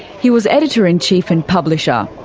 he was editor-in-chief and publisher.